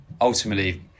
ultimately